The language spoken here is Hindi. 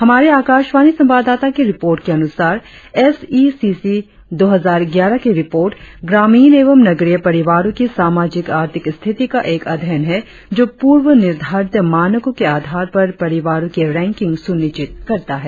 हमारे आकाशवाणी संवाददाता की रिपोर्ट के अनुसार एस ई सी सी दो हजार ग्यारह की रिपोर्ट ग्रामीण एवं नगरीय परिवारों की सामाजिक आर्थिक स्थिति का एक अध्ययन है जो पूर्वानिधारित मानको के आधार पर परिवारों की रैंकिंग सुनिश्चित करता है